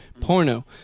porno